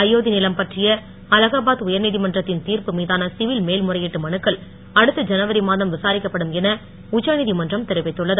அயோத்தி நிலம் பற்றிய அலகாபாத் உயர் நீதிமன்றத்தின் தீர்ப்பு மீதான சிவில் மேல்முறையீட்டு மனுக்கள் அடுத்த ஜனவரி மாதம் விசாரிக்கப்படும் என உச்ச நீதிமன்றம் தெரிவித்துள்ளது